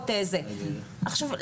עכשיו,